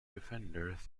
defenders